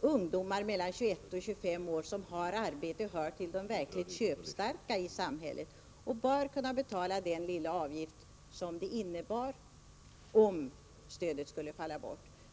ungdomar mellan 21 och 25 år som har arbete hör till de verkligt köpstarka i samhället och bör kunna betala den lilla avgift som det skulle bli fråga om ifall stödet skulle falla bort.